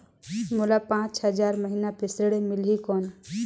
मोला पांच हजार महीना पे ऋण मिलही कौन?